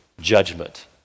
judgment